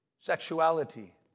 Sexuality